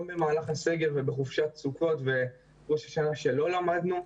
גם במהלך הסגר ובחופשת סוכות ובראש השנה שלא למדנו,